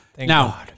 Now